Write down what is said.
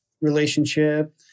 relationship